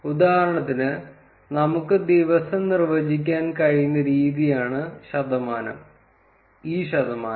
ഉദാഹരണത്തിന് നമുക്ക് ദിവസം നിർവ്വചിക്കാൻ കഴിയുന്ന രീതിയാണ് ശതമാനം ഇ ശതമാനം